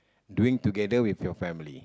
doing together with your family